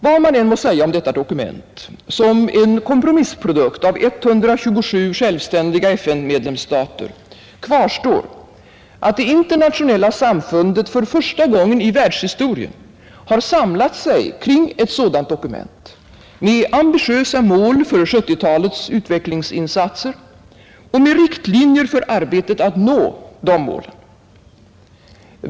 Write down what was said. Vad man än må säga om detta dokument som en kompromissprodukt av 127 självständiga FN-medlemsstater kvarstår att det internationella samfundet för första gången i världshistorien har samlat sig kring ett sådant dokument, med ambitiösa mål för 1970-talets utvecklingsinsatser och med riktlinjer för arbetet att nå dessa mål.